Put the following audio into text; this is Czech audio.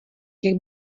jak